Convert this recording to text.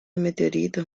meteoritos